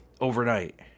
overnight